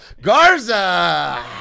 Garza